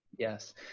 Yes